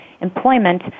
employment